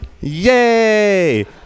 Yay